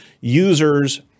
users